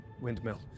windmill